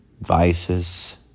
vices